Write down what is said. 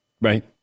Right